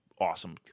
awesome